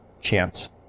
chance